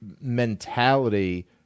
mentality